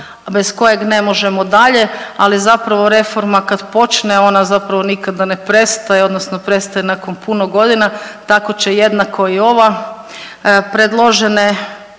bez kojeg ne možemo dalje, ali zapravo reforma kad počne ona zapravo nikada ne prestaje odnosno prestaje nakon puno godina, tako će jednako i ova. Predložene